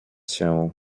się